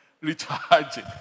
recharging